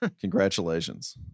Congratulations